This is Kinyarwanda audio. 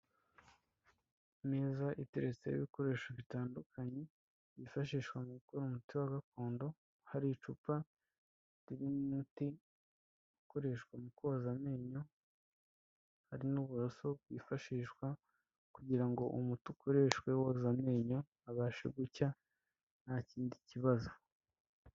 Imeza iteretseho ibikoresho bitandukanye byifashishwa mu gukora umuti wa gakondo, hari icupa ririmo umuti ukoreshwa mu koza amenyo hari n'uburoso bwifashishwa, kugira ngo umuti ukoreshwe woza amenyo, abashe gucya nta kindi kibazo.